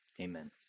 Amen